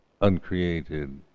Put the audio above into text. uncreated